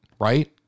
Right